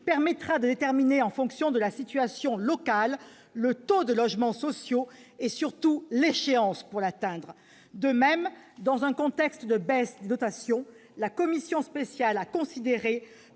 permettra de déterminer, en fonction de la situation locale, le taux de logements sociaux et surtout l'échéance à laquelle ce seuil devra être atteint. De même, dans un contexte de baisse des dotations, la commission spéciale a considéré